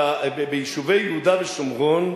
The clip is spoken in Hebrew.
ביישובי יהודה ושומרון,